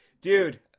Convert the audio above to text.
dude